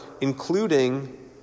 including